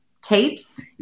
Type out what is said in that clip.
tapes